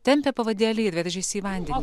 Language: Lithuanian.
tempia pavadėlį ir veržiasi į vandenį